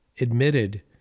admitted